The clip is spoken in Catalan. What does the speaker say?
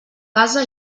casa